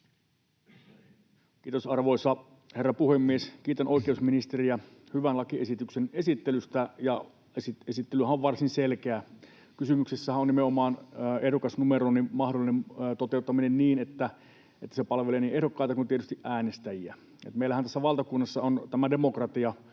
Kiitos, arvoisa herra puhemies! Kiitän oikeusministeriä hyvän lakiesityksen esittelystä. — Esityshän on varsin selkeä. Kysymyksessähän on nimenomaan ehdokasnumeroinnin mahdollinen toteuttaminen niin, että se palvelee niin ehdokkaita kuin tietysti äänestäjiä. Meillähän tässä valtakunnassa on tämä demokratia